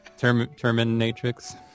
Terminatrix